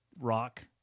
rock